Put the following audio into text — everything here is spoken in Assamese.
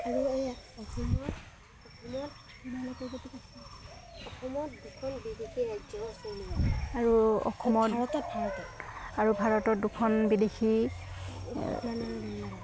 আৰু অসমত আৰু ভাৰতত দুখন বিদেশী